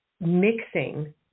mixing